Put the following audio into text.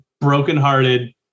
brokenhearted